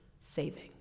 saving